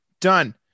done